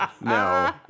No